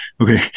Okay